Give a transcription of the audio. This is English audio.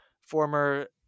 former